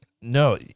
no